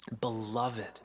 Beloved